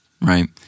right